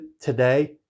today